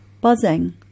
buzzing